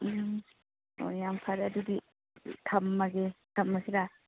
ꯎꯝ ꯑꯣ ꯌꯥꯝ ꯐꯔꯦ ꯑꯗꯨꯗꯤ ꯊꯝꯃꯒꯦ ꯊꯝꯃꯁꯤꯔꯥ